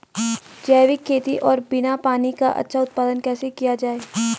जैविक खेती और बिना पानी का अच्छा उत्पादन कैसे किया जाए?